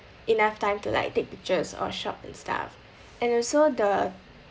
enough time to like take pictures or shop and stuff and also the